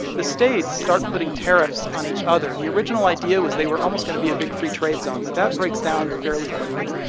the states start putting tariffs on each other. the original idea was they were almost going to be a big free-trade zone, but that breaks down fairly quickly.